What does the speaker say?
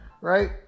right